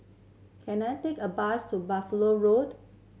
can I take a bus to Buffalo Road